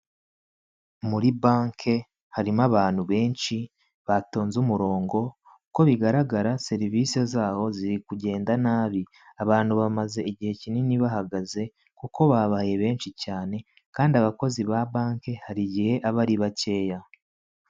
Muri banki harimo abantu benshi batonze umurongo; uko bigaragara serivisi zaho ziri kugenda nabi; abantu bamaze igihe kinini bahagaze kuko babaye benshi cyane; kandi abakozi ba banki hari igihe aba ari bakeya.